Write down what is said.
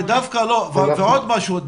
ועוד משהו.